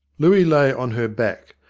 looey lay on her back,